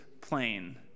plane